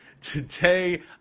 Today